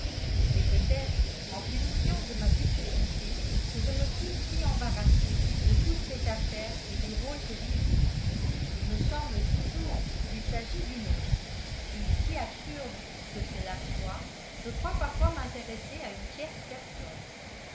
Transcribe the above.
et c'est peut-être en punition de ma duplicité que je me trouve si embarrassée de toute cette affaire et du rôle que j'y joue il me semble toujours qu'il s'agit d'une autre et si absurde que cela soit je crois parfois m'intéresser à une tierce personne